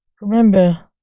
Remember